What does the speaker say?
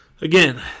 again